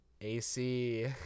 AC